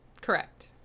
Correct